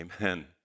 amen